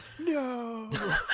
No